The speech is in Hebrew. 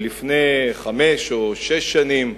שלפני חמש או שש שנים,